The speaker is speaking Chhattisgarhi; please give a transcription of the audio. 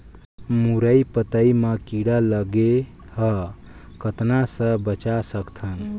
मुरई पतई म कीड़ा लगे ह कतना स बचा सकथन?